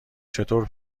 چطور